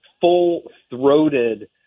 full-throated